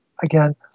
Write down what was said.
Again